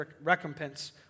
recompense